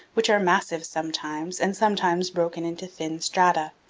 which are massive sometimes and sometimes broken into thin strata.